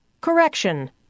correction